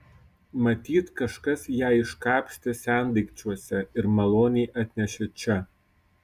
matyt kažkas ją iškapstė sendaikčiuose ir maloniai atnešė čia